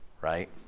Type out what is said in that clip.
right